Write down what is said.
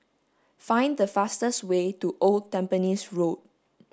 find the fastest way to Old Tampines Road